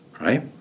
right